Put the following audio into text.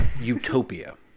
utopia